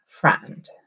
friend